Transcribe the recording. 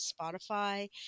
spotify